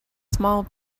small